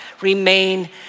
remain